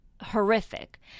horrific